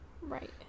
right